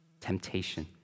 temptation